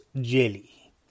jelly